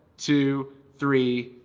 two, three